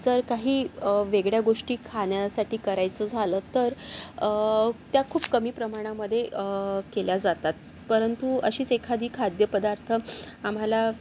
जर काही वेगळ्या गोष्टी खाण्यासाठी करायचं झालं तर त्या खूप कमी प्रमाणामध्ये केल्या जातात परंतु अशीच एखादी खाद्यपदार्थ आम्हाला